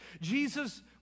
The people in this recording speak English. Jesus